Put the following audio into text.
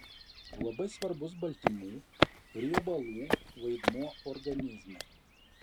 labai svarbus baltymų riebalų vaidmuo organizme